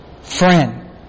Friend